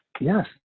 Yes